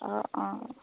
অঁ অঁ